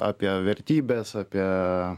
apie vertybes apie